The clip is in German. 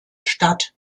stadt